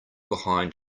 behind